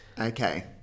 Okay